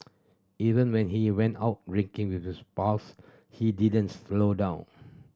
even when he went out with his pals he didn't slow down